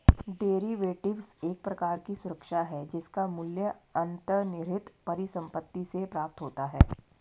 derivatives एक प्रकार की सुरक्षा है जिसका मूल्य अंतर्निहित परिसंपत्ति से प्राप्त होता है